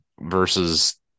versus